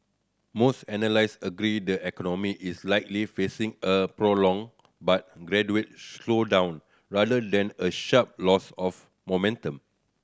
most analysts agree the economy is likely facing a prolonged but gradual slowdown rather than a sharp loss of momentum